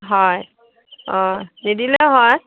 হয় নিদিলেও হয়